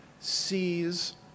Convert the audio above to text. sees